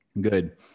good